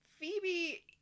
Phoebe